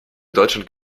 deutschland